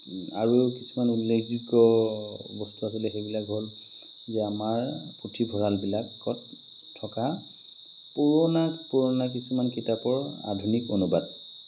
আৰু কিছুমান উল্লেখযোগ্য বস্তু আছিলে সেইবিলাক হ'ল যে আমাৰ পুথিভঁৰালবিলাকত থকা পুৰণা পুৰণা কিছুমান কিতাপৰ আধুনিক অনুবাদ